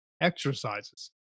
exercises